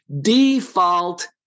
Default